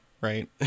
right